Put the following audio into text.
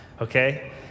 okay